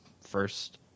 first